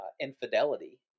infidelity